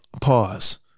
pause